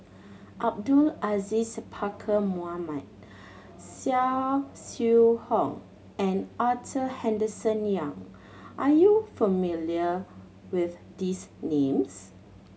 Abdul Aziz Pakkeer Mohamed Swee Hock and Arthur Henderson Young are you familiar with these names